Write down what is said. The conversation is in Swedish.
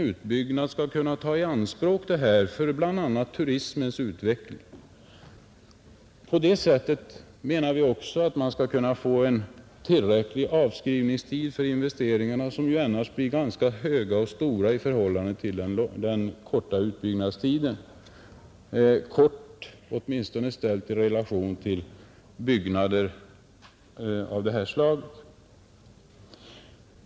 efter arbetenas slut skall kunna tas i anspråk för bl.a. turismens utveckling. Man bör då också enligt vår mening få en tillräcklig avskrivningstid för investeringarna, som ju annars blir ganska stora i förhållande till den korta utbyggnadstiden — kort åtminstone i relation till byggnation av det här slaget.